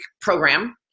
program